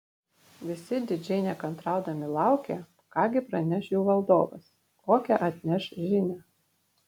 visi didžiai nekantraudami laukė ką gi praneš jų valdovas kokią atneš žinią